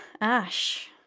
Ash